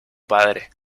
padre